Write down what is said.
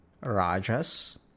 rajas